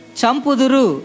Champuduru